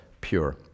pure